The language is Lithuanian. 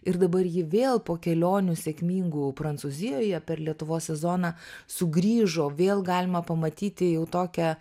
ir dabar ji vėl po kelionių sėkmingų prancūzijoje per lietuvos sezoną sugrįžo vėl galima pamatyti jau tokią